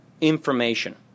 information